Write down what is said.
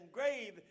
grave